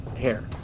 hair